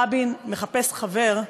רבין מחפש חבר;